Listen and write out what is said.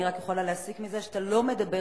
אני רק יכולה להסיק מזה שאתה לא מדבר,